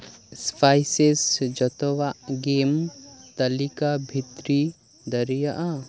ᱥᱯᱟᱭ ᱥᱤᱥ ᱡᱚᱛᱚᱣᱟᱜ ᱜᱮᱢ ᱛᱟᱞᱤᱠᱟ ᱵᱷᱤᱛᱨᱤ ᱫᱟᱲᱤᱭᱟᱜᱼᱟ